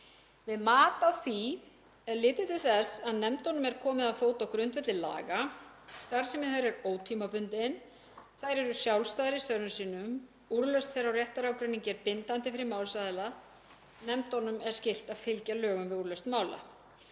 Við mat á því er litið til þess að nefndunum er komið á fót á grundvelli laga. Starfsemi þeirra er ótímabundin. Þær eru sjálfstæðar í störfum sínum. Úrlausn þeirra á réttarágreiningi er bindandi fyrir málsaðila. Nefndunum er skylt að fylgja lögum við úrlausn mála.